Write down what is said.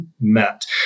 met